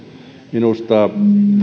minusta